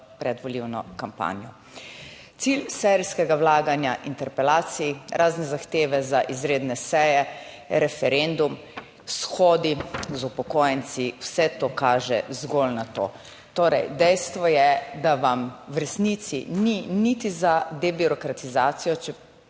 predvolilno kampanjo. Cilj serijskega vlaganja interpelacij, razne zahteve za izredne seje, referendum, shodi z upokojenci, vse to kaže zgolj na to, torej dejstvo je, da vam v resnici ni niti za debirokratizacijo, ker